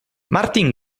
martin